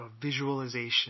visualization